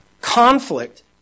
Conflict